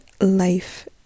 life